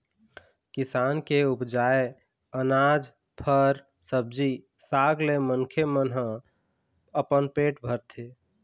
किसान के उपजाए अनाज, फर, सब्जी साग ले मनखे मन ह अपन पेट भरथे